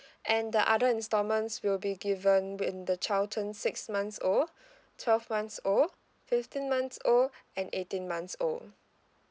and the other installments will be given when the child turn six months old twelve months old fifteen months old and eighteen months old